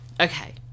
Okay